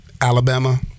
Alabama